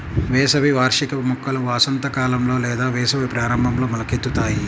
వేసవి వార్షిక మొక్కలు వసంతకాలంలో లేదా వేసవి ప్రారంభంలో మొలకెత్తుతాయి